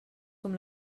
com